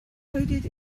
coded